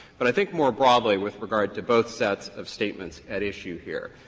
but i think more broadly, with regard to both sets of statements at issue here,